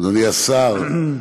אדוני השר,